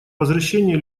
возвращение